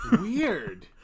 Weird